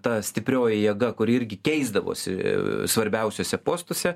ta stiprioji jėga kuri irgi keisdavosi svarbiausiuose postuose